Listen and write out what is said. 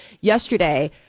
yesterday